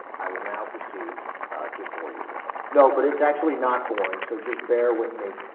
i will now proceed to bore you with no but it's actually not boring surges bear with me